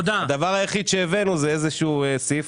הדבר היחיד שהבאנו זה איזה שהוא סעיף